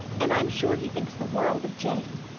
and i'm sure he thinks the world of jane.